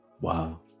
wow